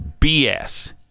BS